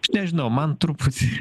aš nežinau man truputį